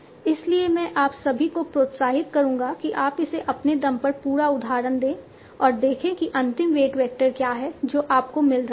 इसलिए मैं आप सभी को प्रोत्साहित करूंगा कि आप इसे अपने दम पर पूरा उदाहरण दें और देखें कि अंतिम वेट वेक्टर क्या है जो आपको मिल रहा है